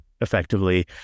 effectively